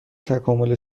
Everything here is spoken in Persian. تکامل